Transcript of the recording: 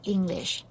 English